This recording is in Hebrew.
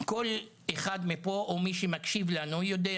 כל אחד מפה או מי שמקשיב לנו יודע,